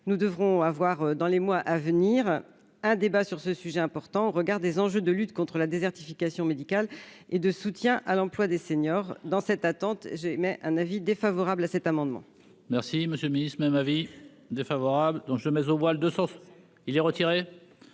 nous devrons avoir dans les mois à venir, un débat sur ce sujet important au regard des enjeux de lutte contre la désertification médicale et de soutien à l'emploi des seniors dans cette attente, j'émets un avis défavorable à cet amendement. Merci monsieur Ministre même ma vie. Défavorable dont je mets au voile de sauf il est retiré